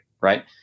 right